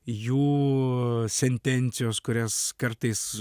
jų sentencijos kurias kartais